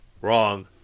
wrong